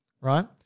right